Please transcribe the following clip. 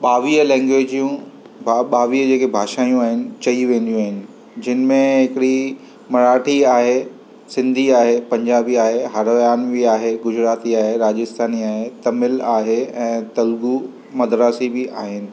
ॿावीह लैंग्विजियूं बा ॿावीह जेकी भाषायूं आहिनि चई वेंदियूं आहिनि जिन में हिकिड़ी मराठी आहे सिंधी आहे पंजाबी आहे हरियानवी आहे गुजराती आहे राजस्थानी आहे तमिल आहे ऐं तेलगू मद्रासी बि आहिनि